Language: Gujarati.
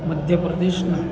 મધ્યપ્રદેશના